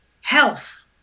health